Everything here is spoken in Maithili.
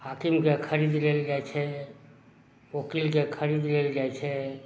हाकिमके खरीद लेल जाइत छै ओकीलके खरीद लेल जाइत छै